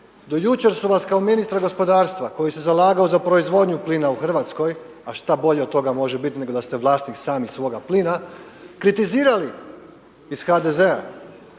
do jučer su vas kao ministra gospodarstva koji se zalagao za proizvodnju plina u Hrvatskoj, a šta bolje od toga može biti nego da ste vlasnik sami svoga plina kritizirali iz HDZ-a